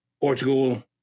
portugal